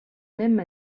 même